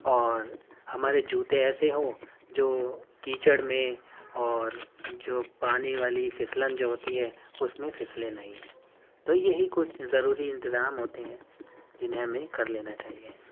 اور ہمارے جوتے ایسے ہوں جو کیچڑ میں اور جو پانی والی پھسلن جو ہوتی ہے اس میں پھسلے نہیں تو یہی کچھ ضروری انتظام ہوتے ہیں جنہیں ہمیں کر لینا چاہیے